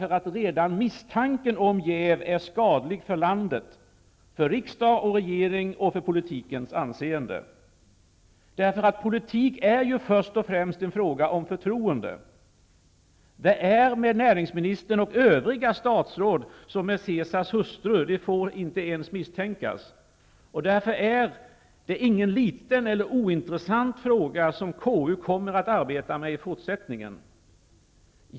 Redan misstanken om jäv är skadlig för landet, för riksdag och regering och för politikens anseende. Politik är ju först och främst en fråga om förtroende. Det är med näringsministern och övriga statsråd som med Caesars hustru. De får inte ens misstänkas. Därför är det ingen liten eller ointressant fråga som KU kommer att arbeta med i fortsättningen.